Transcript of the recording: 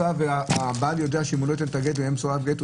בכל גט שנעשה והבעל יודע שאם הוא לא ייתן את הגט והוא יהיה סרבן גט,